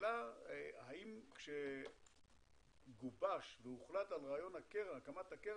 השאלה האם כשגובש על רעיון הקמת הקרן,